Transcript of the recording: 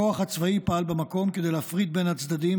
הכוח הצבאי פעל במקום כדי להפריד בין הצדדים,